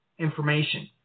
information